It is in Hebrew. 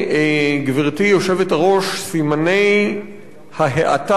כיוון שסימני ההאטה הכלכלית כבר נמצאים אצלנו,